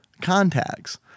contacts